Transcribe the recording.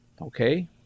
Okay